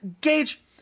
Gage